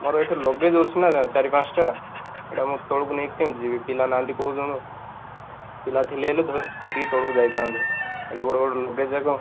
ମୋର ଏଇଠି ଲଗେଜ୍ ଅଛି ନା ଚାରି ପାଞ୍ଚଟା ଏଇଟା ମୁଁ ତଳକୁ ନେଇକି କେମିତି ଯିବି ପିଲା ନାହାନ୍ତି କହୁଛନ୍ତି ପିଲା ଥିଲେ ହେଲେ ଧରିକି ତଳକୁ ଯାଇଥାନ୍ତେ ଏଡ଼େ ବଡ଼ ବଡ଼ ଲଗେଜ୍ ଯାକ